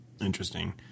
interesting